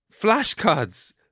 flashcards